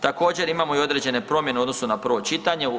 Također imamo i određene promjene u odnosu na prvo čitanje.